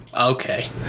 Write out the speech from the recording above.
Okay